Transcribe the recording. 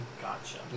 Gotcha